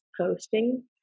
posting